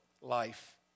life